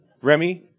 Remy